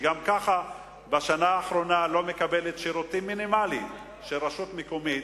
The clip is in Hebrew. שגם ככה בשנה האחרונה לא מקבלת שירותים מינימליים של רשות מקומית,